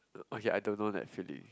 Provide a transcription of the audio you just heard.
okay I don't know that feeling